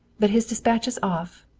but his dispatches off,